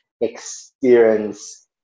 experience